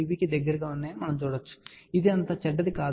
2 dBకి దగ్గరగా ఉన్నాయని మీరు చూడవచ్చు ఇది అంత చెడ్డది కాదు